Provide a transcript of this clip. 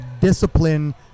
discipline